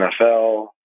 NFL